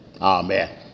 Amen